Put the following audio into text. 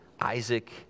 Isaac